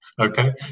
Okay